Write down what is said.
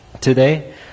today